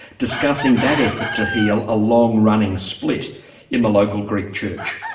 discussing that effort to heal a long running split in the local greek church,